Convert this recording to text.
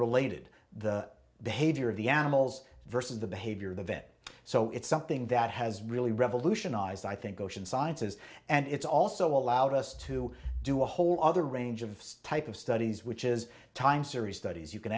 related the behavior of the animals versus the behavior of it so it's something that has really revolutionized i think ocean sciences and it's also allowed us to do a whole other range of type of studies which is time series studies you can